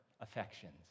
affections